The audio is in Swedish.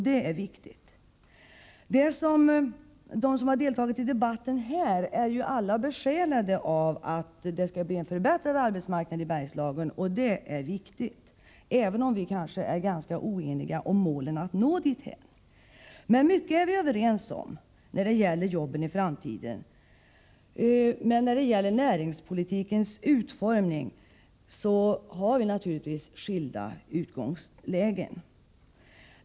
De som deltagit i debatten här är alla besjälade av att det skall bli en förbättrad arbetsmarknad i Bergslagen, även om vi är ganska oeniga om vägen att nå dit. Mycket är vi överens om när det gäller jobben i framtiden, men när det gäller näringspolitikens utformning har vi naturligtvis skilda utgångslägen.